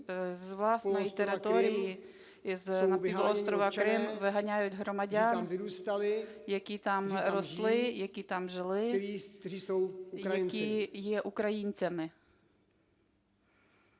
з власної території із півострова Крим виганяють громадян, які там росли, які там жили, які є українцями.